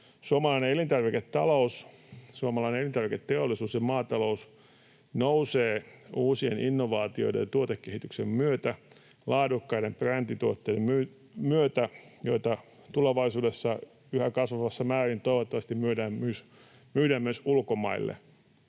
suomalainen elintarviketeollisuus ja maatalous nousevat uusien innovaatioiden ja tuotekehityksen myötä, laadukkaiden brändituotteiden myötä, joita tulevaisuudessa yhä kasvavassa määrin toivottavasti myydään myös ulkomaille.